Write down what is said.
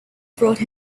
brought